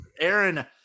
Aaron